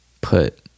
put